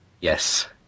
Yes